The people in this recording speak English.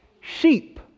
Sheep